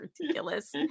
ridiculous